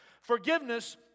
Forgiveness